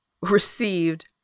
received